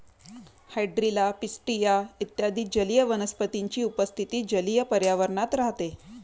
hydrilla, pistia इत्यादी जलीय वनस्पतींची उपस्थिती जलीय पर्यावरणात राहते